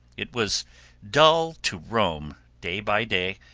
it was dull to roam, day by day,